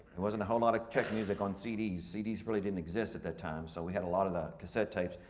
there wasn't a whole lot of czech music on cds. cds really didn't exist at that time. so we had a lot of the cassette tapes.